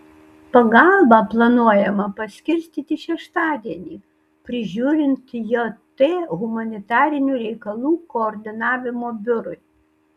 pagalbą planuojama paskirstyti šeštadienį prižiūrint jt humanitarinių reikalų koordinavimo biurui